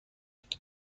نگرفته